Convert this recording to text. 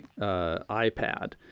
iPad